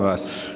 vas.